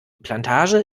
plantage